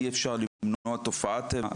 אי-אפשר למנוע תופעת טבע,